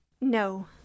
no